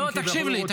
לא, תקשיב לי.